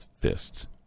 fists